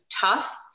tough